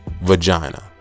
vagina